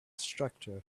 structure